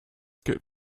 good